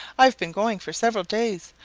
i've been going for several days,